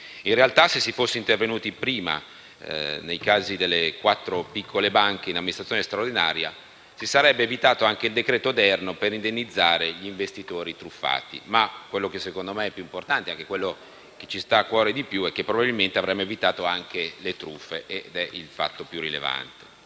In realtà, se si fosse intervenuti prima nei casi delle quattro piccole banche in amministrazione straordinaria, si sarebbe evitato anche il decreto-legge odierno per indennizzare gli investitori truffati; tuttavia, quello che secondo me è più importante e che più ci sta a cuore è che probabilmente avremmo evitato queste truffe. Vorrei preliminarmente